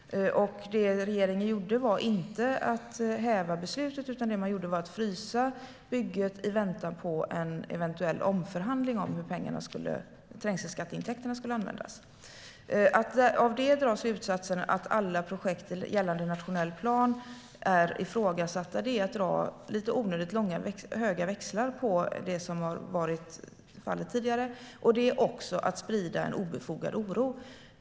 Det regeringen gjorde var inte att häva beslutet utan att frysa bygget i väntan på en eventuell omförhandling av hur trängselskatteintäkterna skulle användas. Att av detta dra slutsatsen att alla projekt gällande nationell plan är ifrågasatta är att dra lite onödigt höga växlar på det som har varit fallet tidigare. Det är också att sprida en obefogad oro.